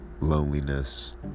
loneliness